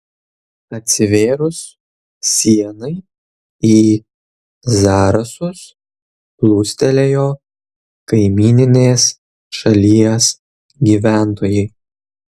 atsivėrus sienai į zarasus plūstelėjo kaimyninės šalies gyventojai